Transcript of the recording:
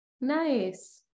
Nice